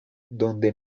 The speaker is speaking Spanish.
donde